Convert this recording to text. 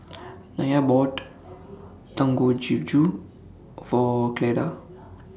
Nya bought Dangojiru For Cleda